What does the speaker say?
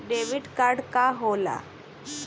Debit card का होला?